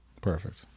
Perfect